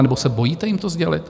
Nebo se bojíte jim to sdělit?